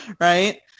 right